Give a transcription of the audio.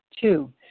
Two